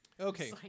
Okay